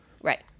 Right